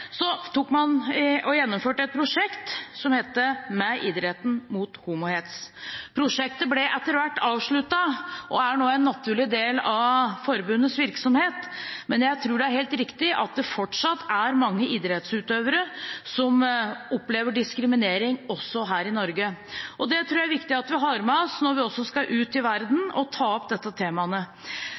og likestillingsdepartementet gjennomførte man et prosjekt som het Med idretten mot homohets. Prosjektet ble etter hvert avsluttet og er nå en naturlig del av forbundets virksomhet. Men jeg tror det er helt riktig at det fortsatt er mange idrettsutøvere som opplever diskriminering også her i Norge. Det tror jeg det er viktig at vi har med oss når vi skal ut i verden og ta opp